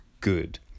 good